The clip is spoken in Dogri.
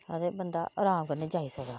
आ ते बंदा अराम कन्नै जाई सकदा